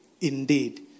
Indeed